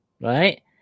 right